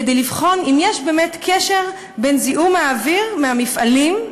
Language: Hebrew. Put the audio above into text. כדי לבחון אם יש באמת קשר בין זיהום האוויר מהמפעלים,